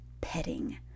petting